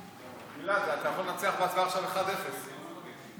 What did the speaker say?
גלעד, אתה יכול לנצח בהצבעה עכשיו 0:1. נכון.